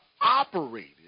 operated